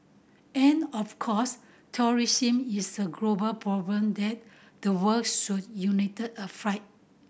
and of course terrorism is a global problem that the world should unite a fight